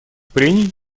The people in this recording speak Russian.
прений